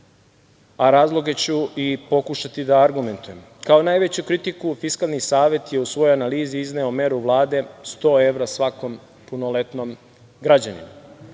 Razloge ću pokušati i da argumentujem. Kao najveću kritiku Fiskalni savet je u svojoj analizi izneo meru Vlade 100 evra svakom punoletnom građaninu.